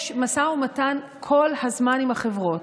יש משא ומתן כל הזמן עם החברות.